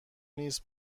نیست